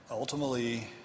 Ultimately